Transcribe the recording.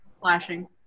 Flashing